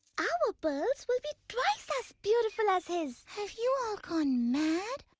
our pearls will be twice as beautiful as his. have you all gone mad?